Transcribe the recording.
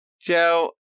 joe